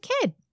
kid